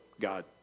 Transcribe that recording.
God